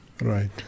Right